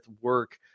work